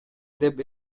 деп